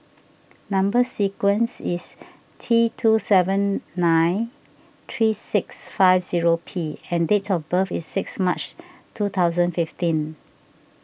Number Sequence is T two seven nine three six five zero P and date of birth is six March two thousand fifteen